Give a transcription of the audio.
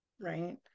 right